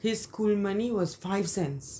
his school money was five cents